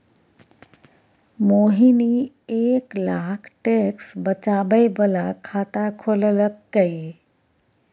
मोहिनी एक लाख टैक्स बचाबै बला खाता खोललकै